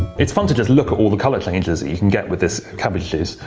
it's fun to just look at all the color changes you can get with this cabbage juice,